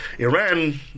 Iran